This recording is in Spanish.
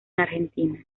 argentina